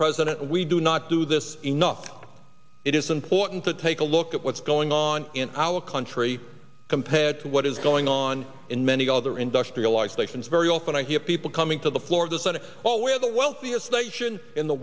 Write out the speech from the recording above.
president we do not do this enough it is important to take a look at what's going on in our country compared to what is going on in many other industrialized nations very often i hear people coming to the floor of the senate always the wealthiest nation in the